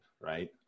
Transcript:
right